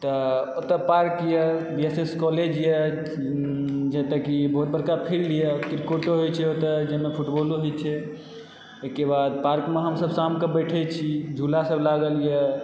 तऽ ओतए पार्क यऽ बीएसएस कॉलेज यऽ जतए कि बहुत बड़का फिल्ड यऽ क्रिकेटो होइ छै ओतए जाहिमे फुटबालो होयत छै ओहिके बाद पार्कमे हमसभ शाममे बैठय छी झूलासभ लागलए